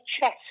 chest